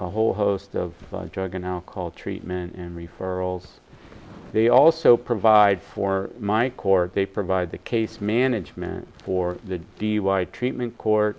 a whole host of drug and alcohol treatment and referrals they also provide for my court they provide the case management for dui treatment court